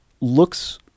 looks